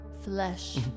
flesh